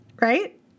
Right